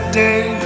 day